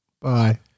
Bye